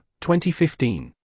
2015